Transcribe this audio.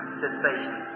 sensation